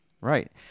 Right